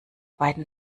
beiden